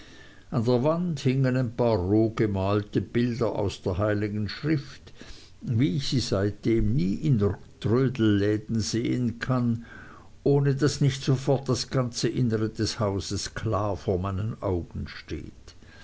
an der wand hingen ein paar roh gemalte bilder aus der heiligen schrift wie ich sie seitdem nie in trödelläden sehen kann ohne daß nicht sofort das ganze innere jenes hauses klar vor meinen augen steht